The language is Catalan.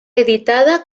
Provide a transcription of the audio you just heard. editada